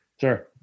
Sure